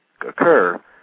occur